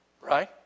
Right